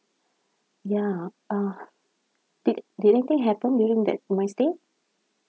ya uh did did anything happen during that on my stay